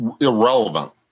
irrelevant